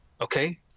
Okay